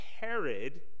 Herod